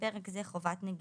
(בפרק זה חובת נגישות),